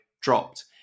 dropped